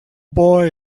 boy